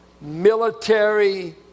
military